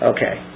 Okay